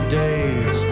days